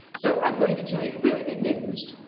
so i'm going to tell you really good news.